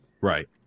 Right